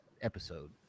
episode